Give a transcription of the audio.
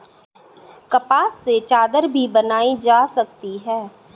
कपास से चादर भी बनाई जा सकती है